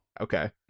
Okay